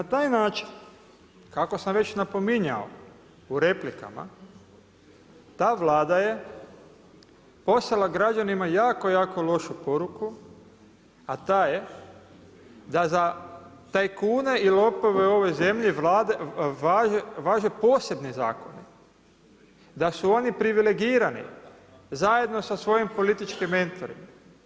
I na taj način kako sam već napominjao u replikama, ta Vlada je poslala građanima jako, jako lošu poruku a ta je da za tajkune i lopove i u ovoj zemlji važe posebni zakoni, da su oni privilegirani zajedno sa svojim političkim mentorima.